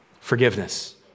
Forgiveness